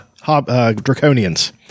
draconians